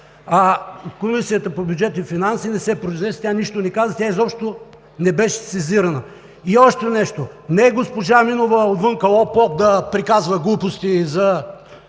Комисията по бюджет и финанси не се произнесе, тя нищо не каза, тя изобщо не беше сезирана. И още нещо. Не госпожа Нинова отвън оп, оп да приказва глупости за